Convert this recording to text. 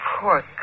poor